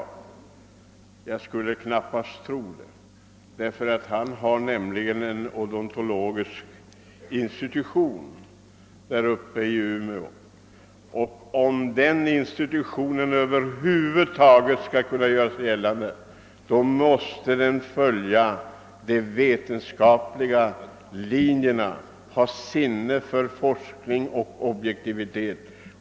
Men jag tror knappast att så är fallet, ty herr :'Skoglund har uppe i. Umeå en odontologisk institution, och han vet att om .den institutionen över huvud taget skall kunna göra sig gällande måste den följa de vetenskapliga linjerna och ha sinne för forskning och objektivitet..